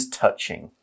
touching